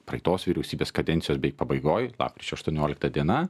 praeitos vyriausybės kadencijos bei pabaigoj lapkričio aštuoniolikta diena